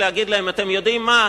להגיד להם: אתם יודעים מה,